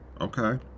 Okay